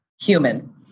human